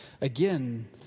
again